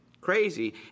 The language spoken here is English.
Crazy